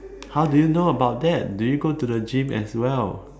how do you know about that do you go to the gym as well